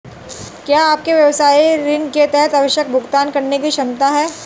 क्या आपके व्यवसाय में ऋण के तहत आवश्यक भुगतान करने की क्षमता है?